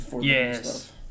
yes